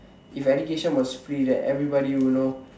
if education was free that everybody you know